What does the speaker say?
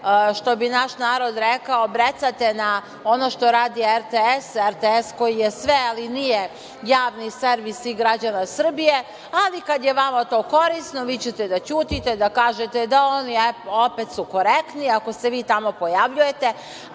što bi naš narod rekao, brecate na ono što radi RTS. RTS koji je sve, ali nije javni servis svih građana Srbije, ali kada je vama to korisno, vi ćete da ćutite, da kažete da oni opet su korektni ako se vi tamo pojavljujete,